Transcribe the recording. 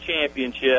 championship